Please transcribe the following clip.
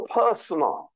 personal